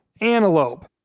antelope